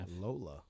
Lola